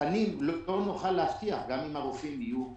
תקנים לא נוכל להבטיח גם אם הרופאים יהיו טובים.